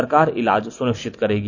सरकार इलाज सुनिश्चित करेगी